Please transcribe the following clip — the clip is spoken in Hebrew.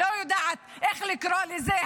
אני לא יודעת איך לקרוא לזה,